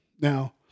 Now